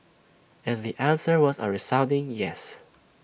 and the answer was A resounding yes